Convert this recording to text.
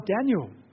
Daniel